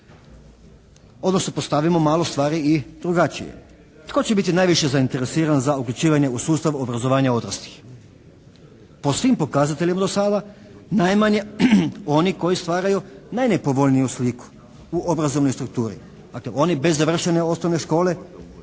Odnosno, postavimo malo stvari i drugačije. Tko će biti najviše zainteresiran za uključivanje u sustav obrazovanja odraslih. Po svim pokazateljima do sada najmanje oni koji stvaraju najnepovoljniju sliku u obrazovnoj strukturi. Dakle, oni bez završene osnovne škole